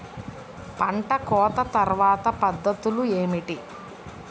పంట కోత తర్వాత పద్ధతులు ఏమిటి?